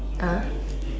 ah